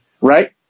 right